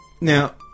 now